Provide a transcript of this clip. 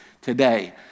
today